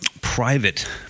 private